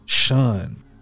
Shun